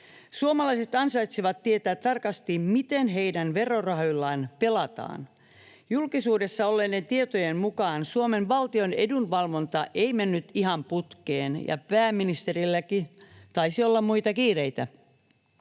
Suomalaiset ansaitsevat tietää tarkasti, miten heidän verorahoillaan pelataan. Julkisuudessa olleiden tietojen mukaan Suomen valtion edunvalvonta ei mennyt ihan putkeen, ja pääministerilläkin taisi olla muita kiireitä.